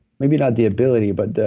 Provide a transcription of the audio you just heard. maybe not the ability, but the.